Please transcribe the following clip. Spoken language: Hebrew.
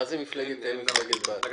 מה זה מפלגת אם ומפלגת בת?